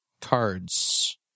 Cards